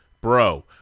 bro